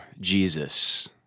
Jesus